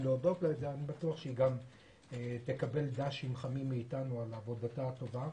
אני בטוח שהיא תקבל ד"שים חמים מאיתנו על עבודתה הטובה.